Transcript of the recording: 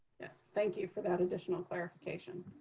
yes, thank you for that additional clarification.